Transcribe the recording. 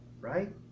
right